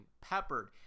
peppered